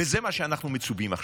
וזה מה שאנחנו מצווים עכשיו.